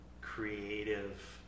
creative